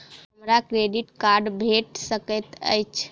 हमरा credit card भेट सकैत अछि?